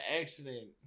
accident